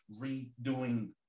redoing